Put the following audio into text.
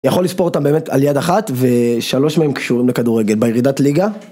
יכול לספור אותם באמת על יד אחת ושלוש מהם קשורים לכדורגל בירידת ליגה.